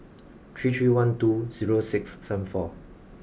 three three one two zero six seven four